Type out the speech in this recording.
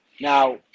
Now